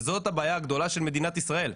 וזאת הבעיה הגדולה של מדינת ישראל.